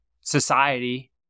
society